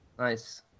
Nice